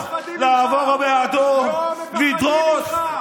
מה אמר שר המשפטים, "לא יפה הסגנון".